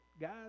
Guys